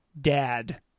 Dad